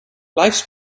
lifes